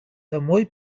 домой